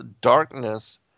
darkness